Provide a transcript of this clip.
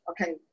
Okay